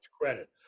credit